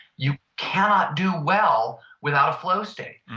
you cannot do well without flow state.